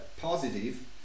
positive